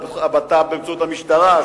המשרד לביטחון פנים באמצעות המשטרה,